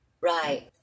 Right